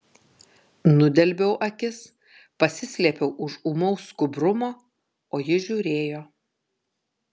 nudelbiau akis pasislėpiau už ūmaus skubrumo o ji žiūrėjo